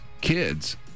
kids